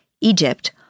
Egypt